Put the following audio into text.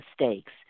mistakes